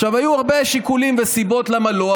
היו הרבה שיקולים וסיבות למה לא,